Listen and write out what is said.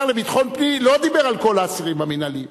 השר לביטחון פנים לא דיבר על כל האסירים המינהליים.